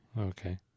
Okay